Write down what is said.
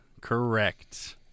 correct